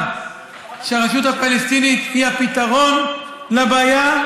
שהרשות הפלסטינית היא הפתרון לבעיה,